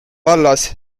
vallas